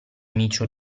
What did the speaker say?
micio